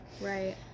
Right